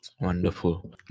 Wonderful